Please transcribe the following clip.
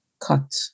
Cut